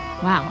Wow